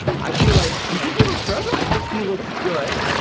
i feel like you think he looks fragile? i think he looks good.